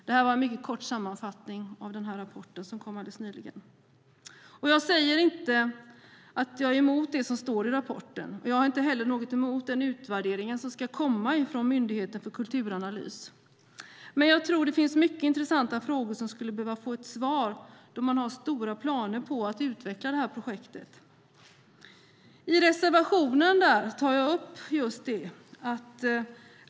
Detta var en mycket kort sammanfattning av rapporten som kom alldeles nyligen. Jag säger inte att jag är emot det som står i rapporten, och jag har heller inget emot den utvärdering som ska komma från Myndigheten för kulturanalys. Men jag tror att det finns mycket intressanta frågor som skulle behöva få svar, då man har stora planer på att utveckla projektet. I reservationen tar jag upp just detta.